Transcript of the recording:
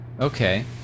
Okay